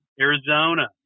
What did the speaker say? Arizona